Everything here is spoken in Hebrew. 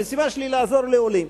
המשימה שלי היא לעזור לעולים.